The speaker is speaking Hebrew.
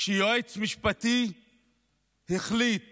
שיועץ משפטי החליט